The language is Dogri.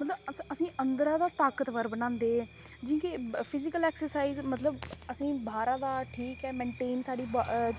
मतलब असेंगी अंदरा दा ताकतवर बनांदे जि'यां कि फिजिकल एक्सरसाइज मतलब असें बाह्रा दा ठीक ऐ मेंटेन